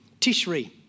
Tishri